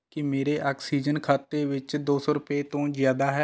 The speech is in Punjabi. ਕੀ ਮੇਰੇ ਆਕਸੀਜਨ ਖਾਤੇ ਵਿੱਚ ਦੋ ਸੌ ਰੁਪਏ ਤੋਂ ਜ਼ਿਆਦਾ ਹੈ